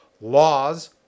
Laws